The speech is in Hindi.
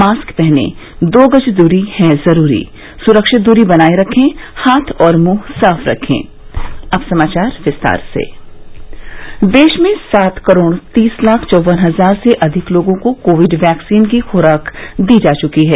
मास्क पहनें दो गज दूरी है जरूरी सुरक्षित दूरी बनाये रखें हाथ और मुंह साफ रखे देश में सात करोड तीस लाख चौवन हजार से अधिक लोगों को कोविड वैक्सीन की खुराक दी जा चुकी है